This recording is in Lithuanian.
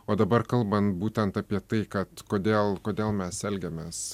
o dabar kalbant būtent apie tai kad kodėl kodėl mes elgiamės